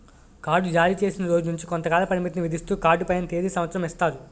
card జారీచేసిన రోజు నుంచి కొంతకాల పరిమితిని విధిస్తూ కార్డు పైన తేది సంవత్సరం ఇస్తారు